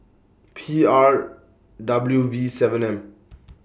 P R W V seven M